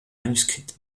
manuscrite